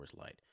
Light